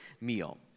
meal